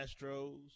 astros